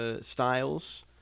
Styles